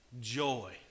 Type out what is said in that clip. joy